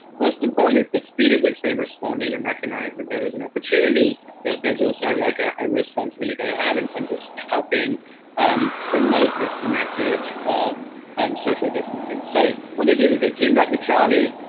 important is the speed at which they responded and recognized that there was an opportunity, but there's also like a ah responsibility they have in terms of helping um promote this message of um social distancing. so what they did is they teamed up with charli,